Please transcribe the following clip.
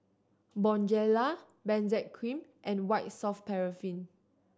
Bonjela Benzac Cream and White Soft Paraffin